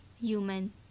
human